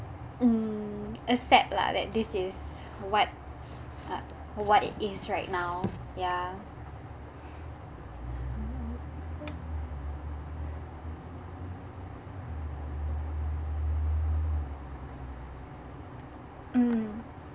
mm accept lah that this is what uh what it is right now ya mm